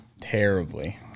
terribly